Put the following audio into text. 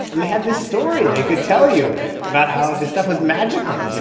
and they had this story they could tell you about how this stuff was magical, you